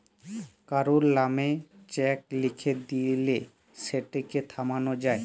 কারুর লামে চ্যাক লিখে দিঁলে সেটকে থামালো যায়